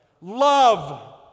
Love